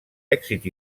èxit